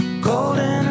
golden